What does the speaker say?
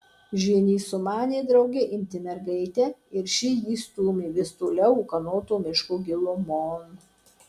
žynys sumanė drauge imti mergaitę ir ši jį stūmė vis toliau ūkanoto miško gilumon